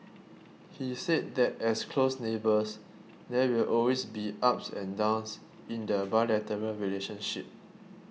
he said that as close neighbours there will always be ups and downs in the bilateral relationship